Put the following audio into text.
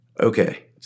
okay